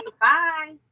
Bye